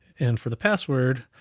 and for the password,